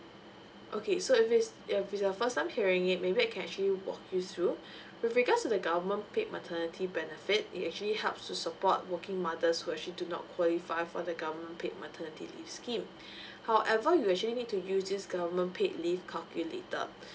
okay so if it's uh if it's your first time hearing it maybe I can actually walk you through with regards to the government paid maternity benefit it actually helps to support working mothers who actually do not qualify for the government paid maternity leave scheme however you actually need to use this government paid leave calculator